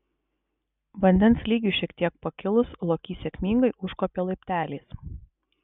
vandens lygiui šiek tiek pakilus lokys sėkmingai užkopė laipteliais